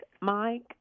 mike